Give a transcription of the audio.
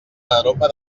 aroma